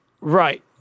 Right